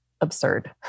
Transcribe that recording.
absurd